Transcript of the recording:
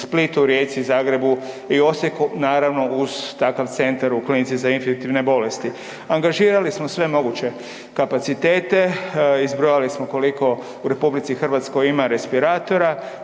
Splitu, Rijeci, Zagrebu i Osijeku naravno uz takav centar u Klinici za infektivne bolesti. Angažirali smo sve moguće kapacitete, izbrojali smo koliko u RH ima respiratora,